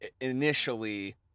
initially